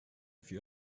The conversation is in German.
für